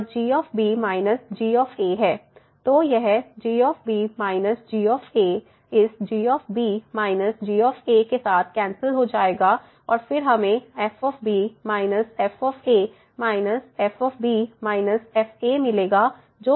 तो यह g g इस g g के साथ कैंसिल हो जाएगा और फिर हमें f f minus f f मिलेगा जो फिर से 0 है